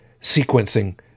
sequencing